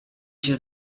się